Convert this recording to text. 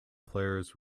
players